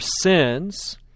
sins